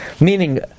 meaning